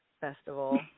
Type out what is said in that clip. Festival